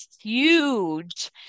huge